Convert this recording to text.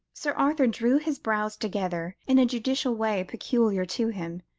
sir arthur drew his brows together in a judicial way peculiar to him,